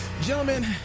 Gentlemen